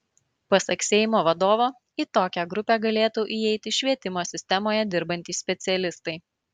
pasak seimo vadovo į tokią grupę galėtų įeiti švietimo sistemoje dirbantys specialistai